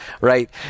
right